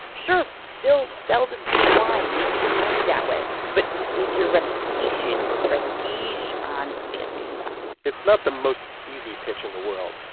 sure, still sell the sweet wine. make your money that way. but make your reputation, your prestige, on the fancy stuff it's not the most easy pitch in the world.